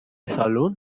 saloon